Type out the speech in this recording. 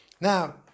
Now